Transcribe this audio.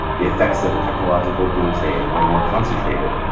the effects of the technological doomsday were more concentrated.